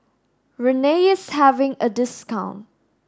Rene is having a discount